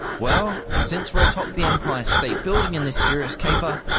well, since we're atop the empire state building in this curious caper,